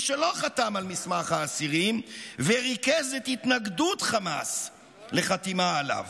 מי שלא חתם על מסמך האסירים וריכז את התנגדות חמאס לחתימה עליו.